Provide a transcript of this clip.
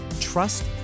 trust